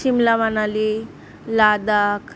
Shimla Manali Ladakh